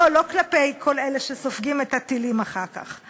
לא כלפי כל אלה שסופגים את הטילים אחר כך.